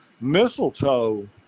mistletoe